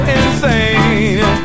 insane